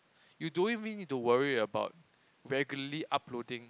you don't even need to worry about regularly uploading